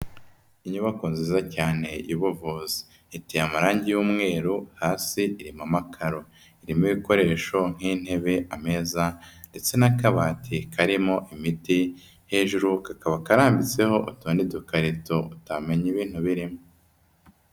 Inyubako nziza cyane y'ubuvuzi, iteye amarangi y'umweru, hasi irimo amakaro, irimo ibikoresho nk'intebe, ameza ndetse n'akabati karimo imiti, hejuru kakaba karambitseho utundi dukarito utamenya ibintu birimo.